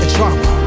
Trauma